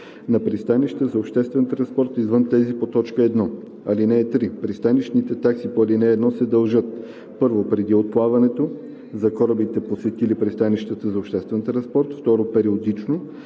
на пристанища за обществен транспорт, извън тези по т. 1. (3) Пристанищните такси по ал. 1 се дължат: 1. преди отплаването – за корабите, посетили пристанищата за обществен транспорт; 2. периодично